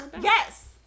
Yes